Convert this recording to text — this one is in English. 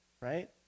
right